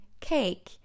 cake